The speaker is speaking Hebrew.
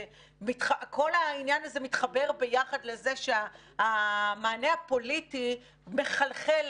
וכל העניין הזה מתחבר ביחד לזה שהמענה הפוליטי מחלחל,